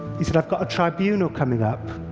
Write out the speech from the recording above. he said, i've got a tribunal coming up.